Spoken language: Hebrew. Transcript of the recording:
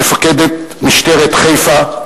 מפקדת משטרת חיפה,